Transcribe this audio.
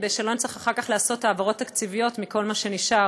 כדי שלא נצטרך אחר כך לעשות העברות תקציביות מכל מה שנשאר,